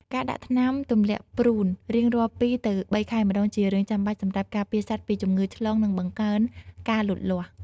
ការដាក់ថ្នាំទម្លាក់ព្រូនរៀងរាល់ពីរទៅបីខែម្ដងជារឿងចាំបាច់សម្រាប់ការពារសត្វពីជំងឺឆ្លងនិងបង្កើនការលូតលាស់។